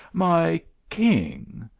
my king!